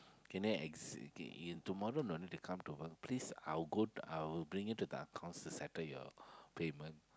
can I ex~ can you tomorrow no need to come to work please I will go I will bring you to the accounts to settle your payment